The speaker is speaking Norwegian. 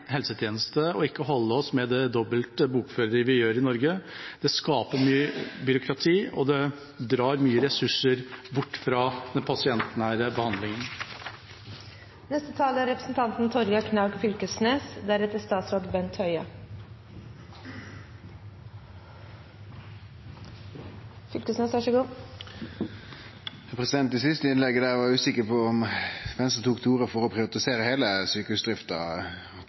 helsetjeneste og ikke holde seg med den dobbelte bokføringen vi har i Norge. Det skaper mye byråkrati, og det drar mange ressurser bort fra den pasientnære behandlingen. I det siste innlegget var eg usikker på om Venstre tok til orde for å privatisere